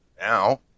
Now